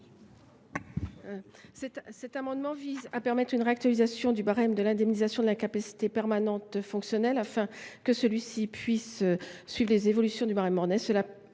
Cet amendement vise à permettre une réactualisation du barème de l’indemnisation de l’incapacité permanente fonctionnelle afin que celui ci puisse suivre les évolutions du barème Mornet.